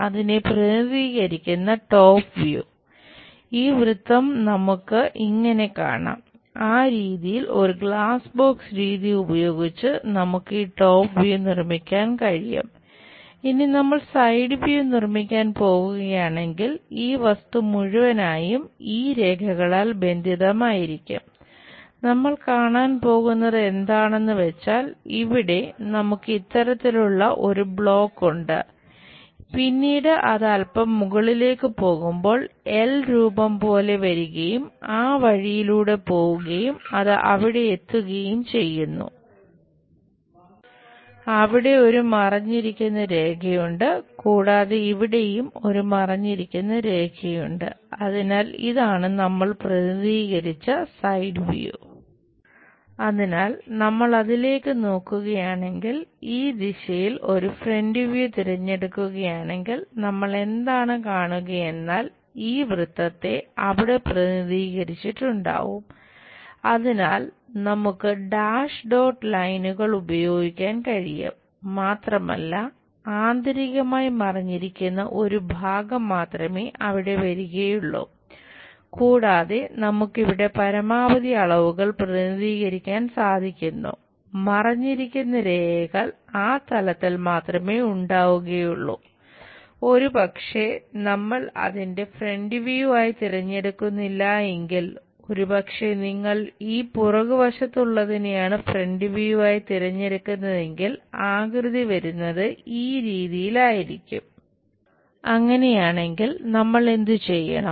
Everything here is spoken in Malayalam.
അതിനാൽ നമ്മൾ അതിലേക്കു നോക്കുകയാണെങ്കിൽ ഈ ദിശയിൽ ഒരു ഫ്രന്റ് വ്യൂ ആയി തിരഞ്ഞെടുക്കുന്നതെങ്കിൽ ആകൃതി വരുന്നത് ഈ രീതിയിലായിരിക്കും അങ്ങനെയാണെങ്കിൽ നമ്മൾ എന്തുചെയ്യണം